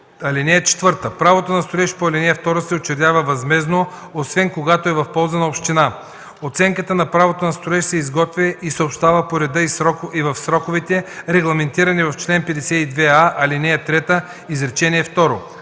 (4) Правото на строеж по ал. 2 се учредява възмездно, освен когато е в полза на община. Оценката на правото на строеж се изготвя и съобщава по реда и в сроковете, регламентирани в чл. 52а, ал. 3, изречение